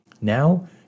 Now